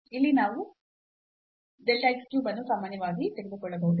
ಇಲ್ಲಿ ನಾವು delta x cube ಅನ್ನು ಸಾಮಾನ್ಯವಾಗಿ ತೆಗೆದುಕೊಳ್ಳಬಹುದು